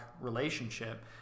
relationship